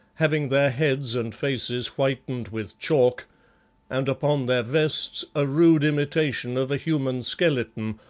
having their heads and faces whitened with chalk and upon their vests a rude imitation of a human skeleton,